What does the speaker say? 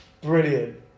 Brilliant